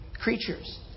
creatures